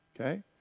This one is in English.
okay